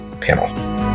panel